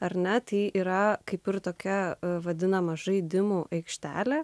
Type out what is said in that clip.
ar net yra kaip ir tokia vadinamą žaidimų aikštelę